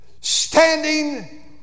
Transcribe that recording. Standing